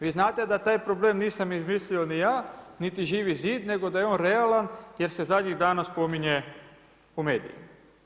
Vi znate da taj problem nisam izmislio ni ja, niti Živi zid, nego da je on realan jer se zadnjih dana spominje po medijima.